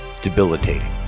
debilitating